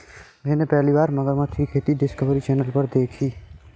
मैंने पहली बार मगरमच्छ की खेती डिस्कवरी चैनल पर देखी